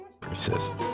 persist